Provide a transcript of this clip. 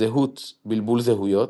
זהות-בלבול זהויות,